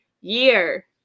year